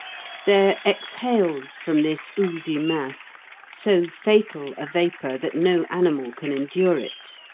there exhales from this oozy mass so fatal a vapour that no animal can endure it.